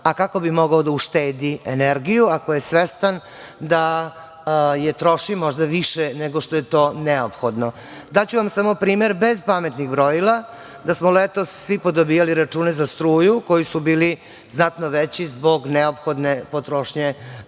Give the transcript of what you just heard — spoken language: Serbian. a kako bi mogao da uštedi energiju ako je svestan da je troši možda više nego što je neophodno. Daću vam samo primer bez pametnih brojila, da smo letos svi podobijali račune za struju koji su bili znatno veći zbog neophodne potrošnje